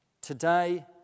Today